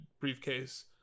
briefcase